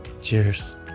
Cheers